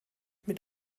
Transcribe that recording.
mit